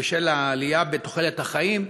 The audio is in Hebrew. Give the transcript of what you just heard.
בשל העלייה בתוחלת החיים,